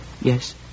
Yes